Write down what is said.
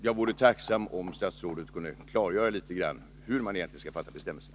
Jag vore tacksam om statsrådet kunde klargöra hur man egentligen skall tolka bestämmelserna.